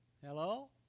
Hello